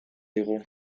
digu